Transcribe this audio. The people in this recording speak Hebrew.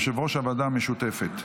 יו"ר הוועדה המשותפת.